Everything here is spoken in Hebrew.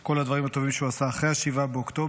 כל הדברים הטובים שהוא עשה אחרי 7 באוקטובר.